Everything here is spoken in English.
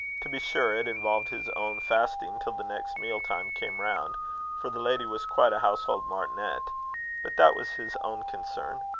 to be sure, it involved his own fasting till the next meal-time came round for the lady was quite a household martinet but that was his own concern.